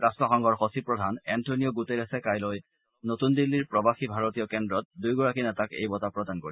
ৰাট্টসংঘৰ সচিবপ্ৰধান এণ্টনিঅ' গুটেৰেছে কাইলৈ নতন দিল্লীৰ প্ৰৱাসী ভাৰতীয় কেন্দ্ৰত দুয়োগৰাকী নেতাক এই বঁটা প্ৰদান কৰিব